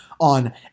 on